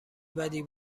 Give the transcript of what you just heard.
بدی